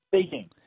Speaking